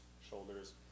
shoulders